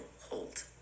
hold